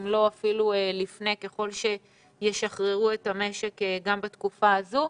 אם לא אפילו לפני ככל שישחררו את המשק גם בתקופה הזו.